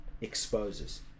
exposes